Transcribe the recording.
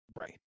right